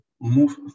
move